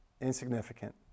insignificant